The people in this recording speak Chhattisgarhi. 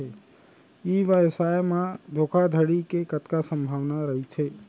ई व्यवसाय म धोका धड़ी के कतका संभावना रहिथे?